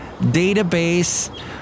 database